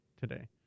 today